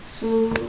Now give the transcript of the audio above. so